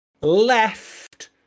Left